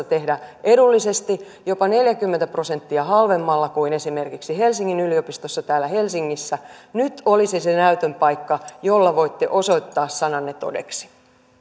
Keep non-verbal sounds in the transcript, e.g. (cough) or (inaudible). (unintelligible) tehdä edullisesti jopa neljäkymmentä prosenttia halvemmalla kuin esimerkiksi helsingin yliopistossa täällä helsingissä nyt olisi se näytön paikka jolla voitte osoittaa sananne todeksi